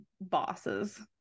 bosses